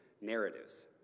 narratives